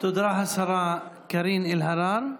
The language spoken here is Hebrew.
תודה, השרה קארין אלהרר.